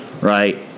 right